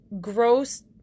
gross